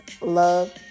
love